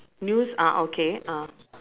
news ah okay ah